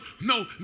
no